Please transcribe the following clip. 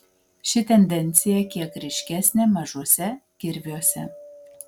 ši tendencija kiek ryškesnė mažuose kirviuose